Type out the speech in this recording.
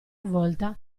volta